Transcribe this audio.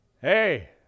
Hey